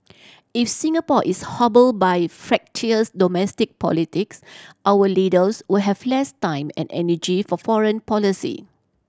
if Singapore is hobbled by fractious domestic politics our leaders will have less time and energy for foreign policy